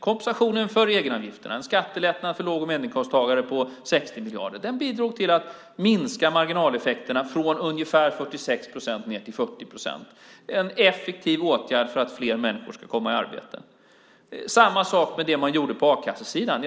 Kompensationen för egenavgifterna, en skattelättnad för låg och medelinkomsttagarna på 60 miljarder, bidrog till att minska marginaleffekterna från ungefär 46 till 40 procent. Det är en effektiv åtgärd för att fler människor ska komma i arbete. Det är samma sak med det man gjorde på a-kassesidan.